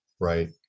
right